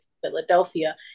Philadelphia